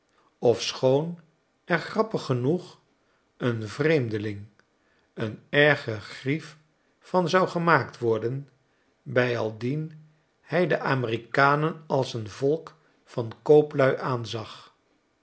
ofschoon er grappig genoeg een vreemdeling een erge grief van zou gemaakt worden bijaldien hij de amerikanen als een volk van kooplui aanzag